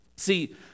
See